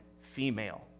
female